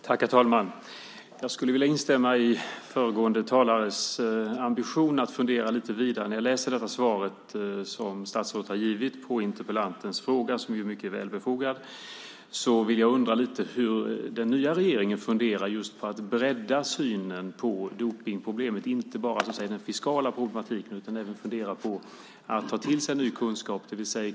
Herr talman! Jag skulle vilja instämma i föregående talares ambition att fundera lite vidare. När jag läser det svar som statsrådet har givit på interpellantens fråga, som är mycket befogad, undrar jag lite hur den nya regeringen funderar just när det gäller att bredda synen på dopningsproblemet, inte bara den fiskala problematiken utan även om man funderar på att ta till sig ny kunskap.